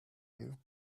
you